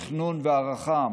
תכנון והערכה.